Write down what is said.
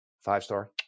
five-star